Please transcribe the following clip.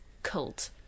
Cult